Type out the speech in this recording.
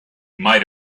might